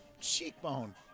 cheekbone